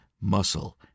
muscle